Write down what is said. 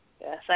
Yes